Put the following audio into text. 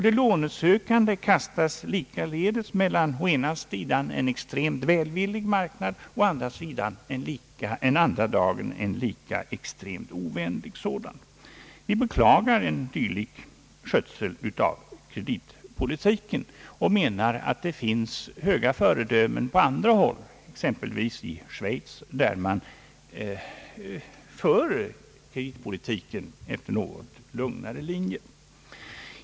De lånesökande kastas likaledes mellan en extremt välvillig marknad och andra dagen en lika extremt ovänlig sådan. Vi beklagar en dylik skötsel av kreditpolitiken och menar att det finns höga föredömen på andra håll, t.ex. i Schweiz, där man för kreditpolitiken efter något lugnare linjer.